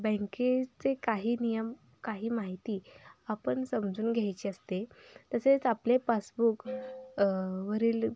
बँकेचे काही नियम काही माहिती आपण समजून घ्यायची असते तसेच आपले पासबुक वरील